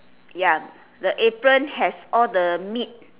ya the apron has all the meat